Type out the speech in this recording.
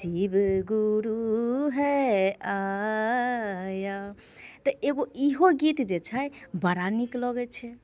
शिव गुरु है आया तऽ एगो इहो गीत जे छै बड़ा नीक लगै छै